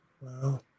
Wow